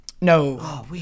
No